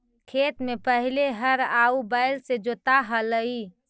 खेत में पहिले हर आउ बैल से जोताऽ हलई